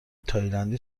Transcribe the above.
تایلندی